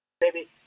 baby